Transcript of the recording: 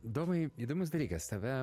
domai įdomus dalykas tave